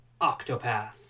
Octopath